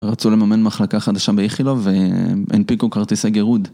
רצו לממן מחלקה חדשה באיכילוב והנפיקו כרטיסי גירוד.